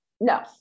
No